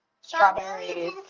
strawberries